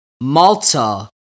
Malta